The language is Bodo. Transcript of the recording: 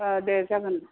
अ दे जागोन